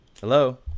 Hello